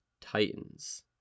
Titans